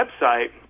website